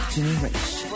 Generation